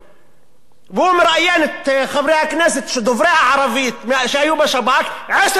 והוא מראיין את חברי הכנסת דוברי הערבית שהיו בשב"כ עשר פעמים בשבוע.